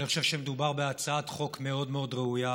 אני חושב שמדובר בהצעת חוק מאוד מאוד ראויה.